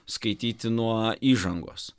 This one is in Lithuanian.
skaityti nuo įžangos